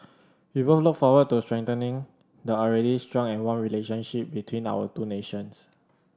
we both look forward to strengthening the already strong and warm relationship between our two nations